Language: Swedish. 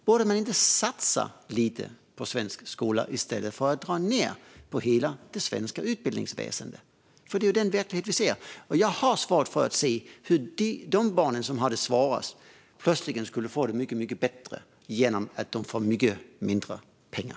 Borde man inte satsa på svensk skola i stället för att dra ned på hela det svenska utbildningsväsendet? Det är ju den verklighet vi ser nu. Jag har svårt att se hur de barn som har det svårast plötsligt skulle få det mycket bättre genom att skolan får mindre pengar.